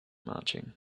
marching